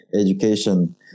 education